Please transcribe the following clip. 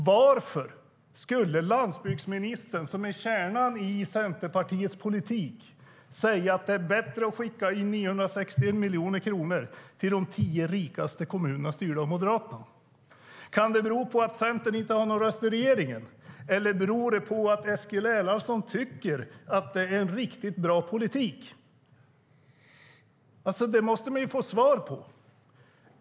Varför skulle landsbygdsministern, som är kärnan i Centerpartiets politik, säga att det är bättre att skicka in 961 miljoner kronor till de tio rikaste kommunerna, styrda av Moderaterna? Kan det bero på att Centern inte har någon röst i regeringen? Eller beror det på att Eskil Erlandsson tycker att det är en riktigt bra politik? Det måste man ju få svar på.